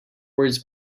words